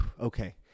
okay